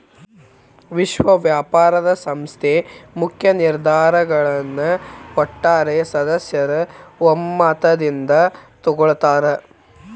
ವಿಶ್ವ ವ್ಯಾಪಾರ ಸಂಸ್ಥೆ ಮುಖ್ಯ ನಿರ್ಧಾರಗಳನ್ನ ಒಟ್ಟಾರೆ ಸದಸ್ಯರ ಒಮ್ಮತದಿಂದ ತೊಗೊಳ್ತಾರಾ